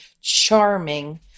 charming